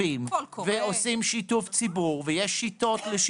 נוסח שאנחנו מציעים גם למנכ"לית המשרד וגם לשיבי לגבי